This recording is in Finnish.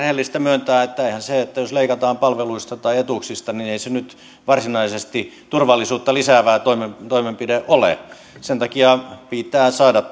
on rehellistä myöntää että eihän se jos leikataan palveluista tai etuuksista varsinaisesti turvallisuutta lisäävä toimenpide toimenpide ole sen takia pitää saada